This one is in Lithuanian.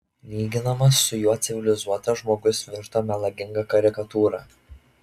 lyginamas su juo civilizuotas žmogus virto melaginga karikatūra